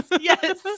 yes